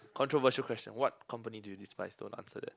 controversial question what company do you despise don't answer that